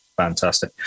Fantastic